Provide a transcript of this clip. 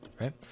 right